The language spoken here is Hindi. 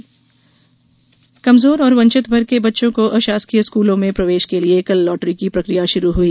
स्कूल प्रवेश लॉटरी कमजोर और वंचित वर्ग के बच्चों को अशासकीय स्कूलों में प्रवेश के लिये कल लॉटरी की प्रक्रिया शुरू हुई